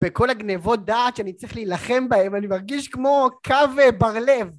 בכל הגנבות דעת שאני צריך להילחם בהם, אני מרגיש כמו קו בר לב.